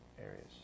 areas